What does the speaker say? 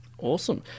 Awesome